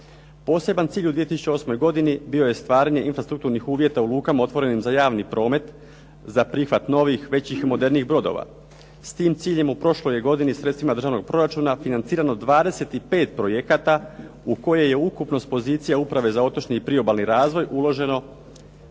Poseban cilj u 2008. godini bio je stvaranje infrastrukturnih uvjeta u lukama otvorenim za javni promet, za prihvat novih, većih i modernijih brodova. S tim ciljem u prošloj je godini sredstvima državnog proračuna financirano 25 projekata u koje je ukupno s pozicija uprave za otočni i priobalni razvoj uloženo